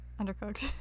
Undercooked